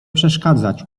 przeszkadzać